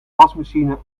wasmachine